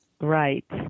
right